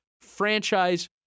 Franchise